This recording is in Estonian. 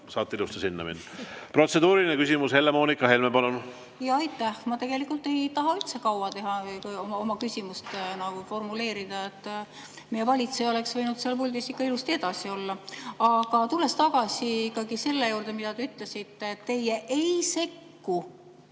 saate ilusti ka sinna minna. Protseduuriline küsimus, Helle‑Moonika Helme, palun! Aitäh! Ma tegelikult ei taha üldse pikalt teha ega kaua oma küsimust formuleerida. Meie valitseja oleks võinud seal puldis ikka ilusti edasi olla. Aga tulen tagasi selle juurde, mida te ütlesite, et teie ei sekku,